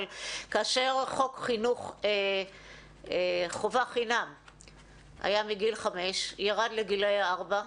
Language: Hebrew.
אבל כאשר חוק חינוך חובה חינם ירד לגילאי ארבע,